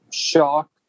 shock